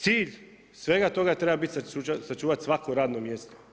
Cilj svega toga treba biti sačuvati svako radno mjesto.